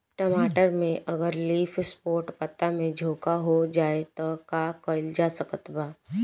टमाटर में अगर लीफ स्पॉट पता में झोंका हो जाएँ त का कइल जा सकत बा?